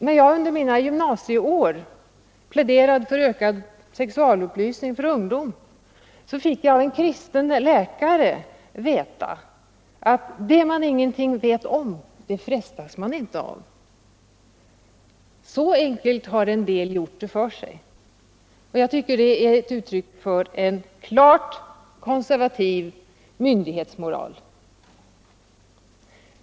När jag under mina gymnasieår pläderade för ökad sexualupplysning för ungdom, fick jag av en kristen läkare höra att det man ingenting vet om, det frestas man inte av. Så enkelt har en del gjort det för sig. Jag tycker det är ett uttryck för en klart konservativ myndighetsmoral.